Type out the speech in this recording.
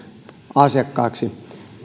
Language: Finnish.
asiakkaiksi